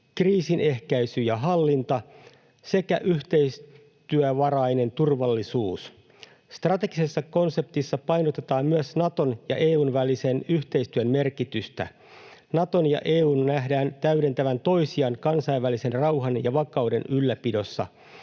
kriisin ehkäisy ja hallinta sekä yhteistyövarainen turvallisuus. Strategisessa konseptissa painotetaan myös Naton ja EU:n välisen yhteistyön merkitystä. Naton ja EU:n nähdään täydentävän toisiaan kansainvälisen rauhan ja vakauden ylläpidossa.